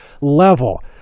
level